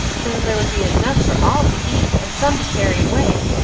so there would be enough for all to eat and some to carry away.